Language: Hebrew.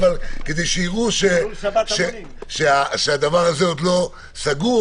------ כדי שיראו שהדבר הזה עוד לא סגור,